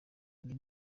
njye